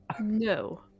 No